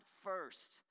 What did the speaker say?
first